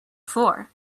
floor